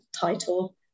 title